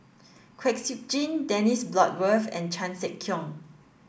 Kwek Siew Jin Dennis Bloodworth and Chan Sek Keong